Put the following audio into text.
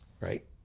right